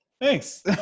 Thanks